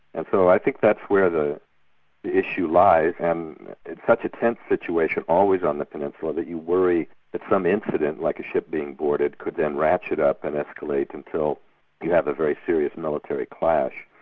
and so i think that's where the issue lies, and it's such a tense situation, always on the peninsula, that you worry that some incident like a ship being boarded, could then ratchet up and escalate until you have a very serious military clash.